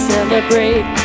Celebrate